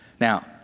Now